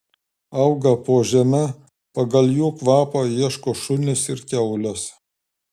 auga po žeme jų pagal kvapą ieško šunys ir kiaulės